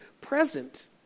present